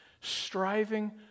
striving